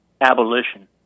abolition